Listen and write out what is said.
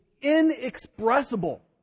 inexpressible